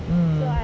mm hmm